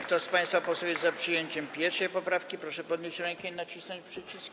Kto z państwa posłów jest za przyjęciem 1. poprawki, proszę podnieść rękę i nacisnąć przycisk.